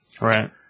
right